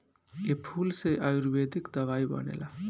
ए फूल से आयुर्वेदिक दवाई बनेला